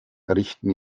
richten